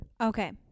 Okay